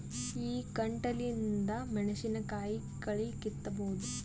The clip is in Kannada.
ಈ ಕಂಟಿಲಿಂದ ಮೆಣಸಿನಕಾಯಿ ಕಳಿ ಕಿತ್ತಬೋದ?